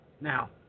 Now